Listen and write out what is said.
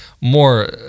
more